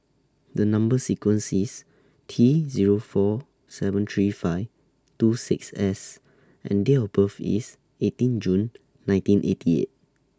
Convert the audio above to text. The Number sequence IS T Zero four seven three five two six S and Date of birth IS eighteen June nineteen eighty eight